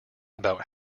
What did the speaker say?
about